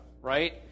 right